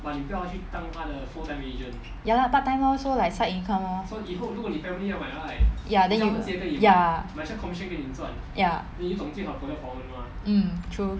ya lah part time so like side income lor ya then you ya ya mm true